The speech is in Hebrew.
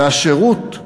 והשירות,